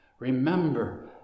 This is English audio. Remember